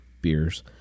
beers